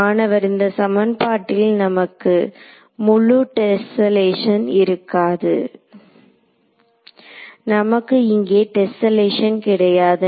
மாணவர் இந்த சமன்பாட்டில் நமக்கு Refer Time 1657 முழு டெஸ்ஸெல்லேஷன் இருக்காது நமக்கு இங்கே டெஸ்ஸெல்லேஷன் கிடையாது